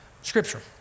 scripture